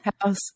House